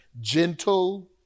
gentle